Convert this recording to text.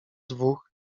dwóch